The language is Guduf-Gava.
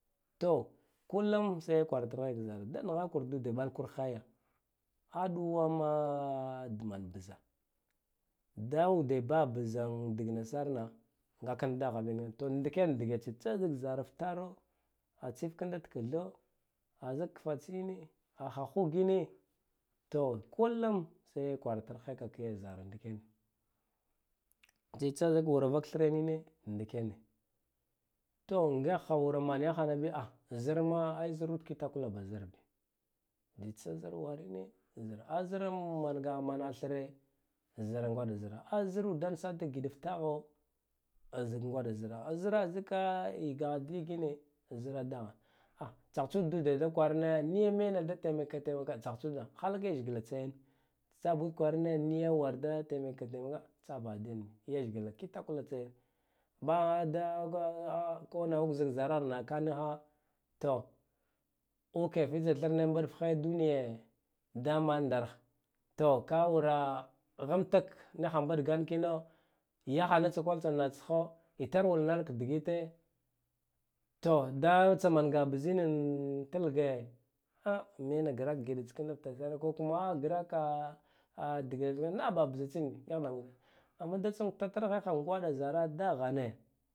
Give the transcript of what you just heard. To kullum sai kwaratar heka ka zara da naghakur ude mɓakurhayi aɗuwama man bza da uɗe ba bzan digna sama ngakan daghabi nika to ndiken dge tsatsa zik ngig zara ftaro atsif kanda titho zik fatsiyine ghehogine ta kullum sai kwaratarheka kiya zara ndikan tsatsa wur rak thrine ndikene to ngogha wura man yaghanabi zarna zirta ud kitakula ba zirbi tsitsa zir warine zir a zran mangamana thne zir ngwaɗa zragh a zirudan sa da gida ftagho e zik ngwaɗa ziragh a zira zika ygagha yigine zra daghan gh tautad ude da kwarana e mane da temmakka temaka tsaghtsuɗa halak heshgh tsayan tsabud kwarane niya warda temakkatemeka tsahbaha diyan li leshgla khakwa tsayan dad ko zik zarana naka niha to uke fitsa thrne mbɗghai dumiye da mandarh to ka wura ghamtak nigh mbɗgan kina yaghannatsa kwal tsa naghatsgha itar wur nalak digite da tsa mangaha ah mena grak giɗatskanda ftasare ko graka na ba bzatsin ba amma tsantahehak zara gwama daghane.